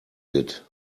did